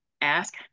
ask